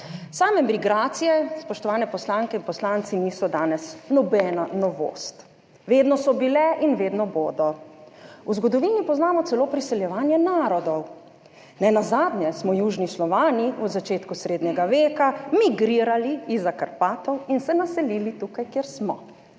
Same migracije, spoštovani poslanke in poslanci, niso danes nobena novost. Vedno so bile in vedno bodo. V zgodovini poznamo celo priseljevanje narodov, nenazadnje smo južni Slovani v začetku srednjega veka migrirali izza Karpatov in se naselili tukaj, kjer smo,